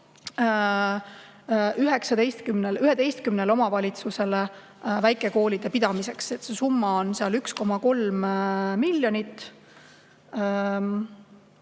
11 omavalitsusele väikekoolide pidamiseks. See summa on 1,3 miljonit.